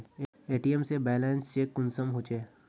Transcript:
ATM से balance check कुंसम होचे?